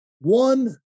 one